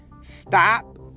stop